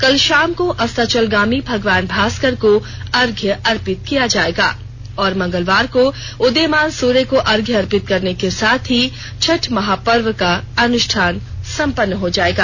कल शाम को के अस्ताचल गामी भगवान भास्कर को अर्घ्य अर्पित किया जायेगा और मंगलवार को उदीयमान सूर्य को अर्घ्य अर्पित करने के साथ ही छठ महापर्व का अनुष्ठान संपन्न हो जायेगा